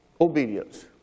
obedience